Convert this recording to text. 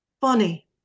Funny